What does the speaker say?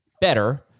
better